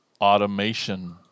Automation